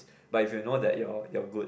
but if you know that your your good